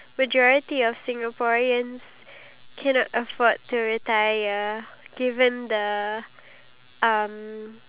of the people who took the survey they said that they don't have enough money to